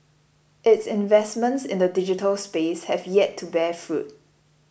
its investments in the digital space have yet to bear fruit